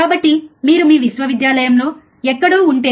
కాబట్టి మీరు మీ విశ్వవిద్యాలయంలో ఎక్కడో ఉంటే